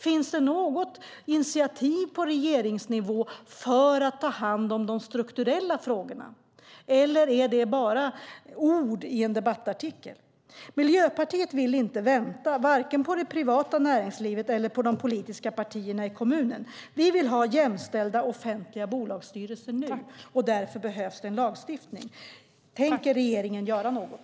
Finns det något initiativ på regeringsnivå för att ta hand om de strukturella frågorna? Är det bara ord i en debattartikel? Miljöpartiet vill inte vänta, varken på det privata näringslivet eller på de politiska partierna i kommunen. Vi vill ha jämställda offentliga bolagsstyrelser nu. Därför behövs det en lagstiftning. Tänker regeringen göra något?